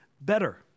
better